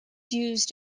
used